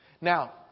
now